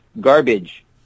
garbage